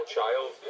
child